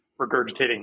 regurgitating